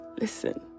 listen